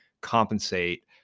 compensate